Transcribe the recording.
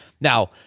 Now